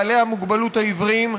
בעלי המוגבלות העיוורים,